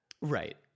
Right